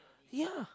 ya